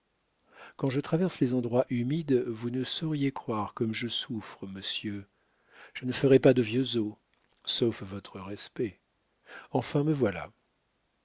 quand je traverse les endroits humides vous ne sauriez croire comme je souffre monsieur je ne ferai pas de vieux os sauf votre respect enfin me voilà